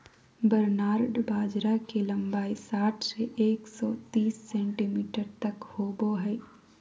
barnyard बाजरा के लंबाई साठ से एक सो तिस सेंटीमीटर तक होबा हइ